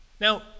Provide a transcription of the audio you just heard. Now